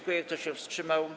Kto się wstrzymał?